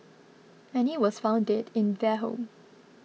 Annie was found dead in their home